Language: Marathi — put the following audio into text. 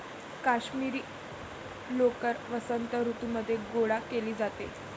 काश्मिरी लोकर वसंत ऋतूमध्ये गोळा केली जाते